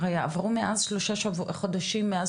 הרי עברו מאז שלושה חודשים, מאז